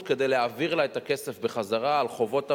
כדי להעביר לה את הכסף בחזרה על חובות עבר.